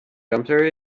jumper